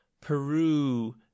Peru